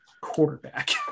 quarterback